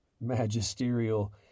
magisterial